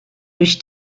durch